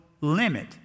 limit